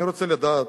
אני רוצה לדעת,